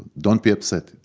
don't be upset,